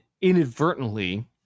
inadvertently